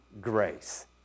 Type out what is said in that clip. grace